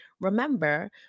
remember